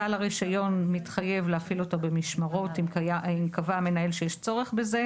בעל הרישיון מתחייב להפעיל אותו במשמרות אם קבע המנהל שיש צורך בזה.